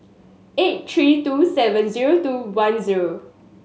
eight three two seven zero two one zero